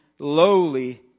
lowly